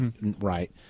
right